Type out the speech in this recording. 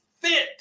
fit